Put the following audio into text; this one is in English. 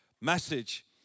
message